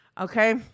Okay